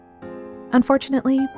Unfortunately